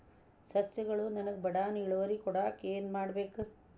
ಸಸ್ಯಗಳು ಬಡಾನ್ ಇಳುವರಿ ಕೊಡಾಕ್ ಏನು ಮಾಡ್ಬೇಕ್?